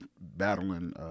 battling